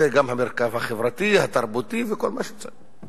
זה גם המרקם החברתי, התרבותי וכל מה שצריך.